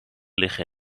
liggen